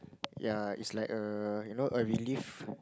ya it's like err you know a relief